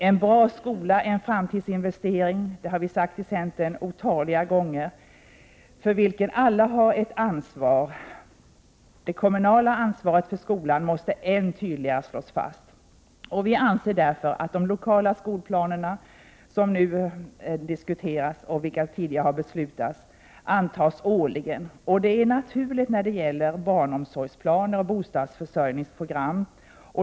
En bra skola är en framtidsinvestering — det har vi sagt otaliga gånger i centern — för vilken alla har ett ansvar. Det kommunala ansvaret för skolan måste ännu tydligare slås fast. Vi anser därför att de lokala skolplanerna, som nu diskuteras och som det tidigare har fattats beslut om, skall antas årligen. Det är naturligt när det gäller barnomsorgsplaner och bostadsförsörjningsprogram.